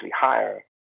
higher